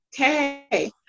Okay